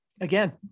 again